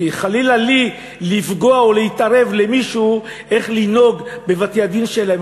כי חלילה לי לפגוע או להתערב למישהו איך לנהוג בבתי-הדין שלהם,